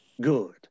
Good